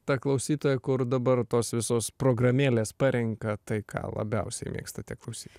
ta klausytoja kur dabar tos visos programėlės parenka tai ką labiausiai mėgstate klausyti